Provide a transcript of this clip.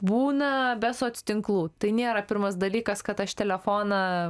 būna be soc tinklų tai nėra pirmas dalykas kad aš telefoną